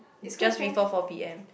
just before four p_m